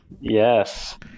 Yes